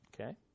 Okay